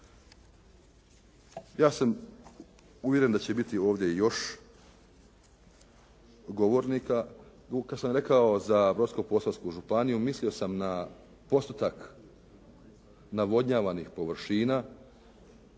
Ja sam uvjeren da će biti ovdje još govornika. Kad sam rekao za Brodsko-Posavsku županiju mislio sam na postotak navodnjavanih površina,